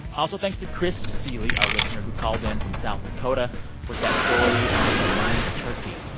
also thanks to chris seeley, our listener who called in from south dakota with that story of the mummy turkey.